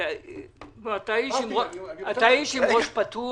באמת הכנסת היום חלשה בגלל שהיא עברה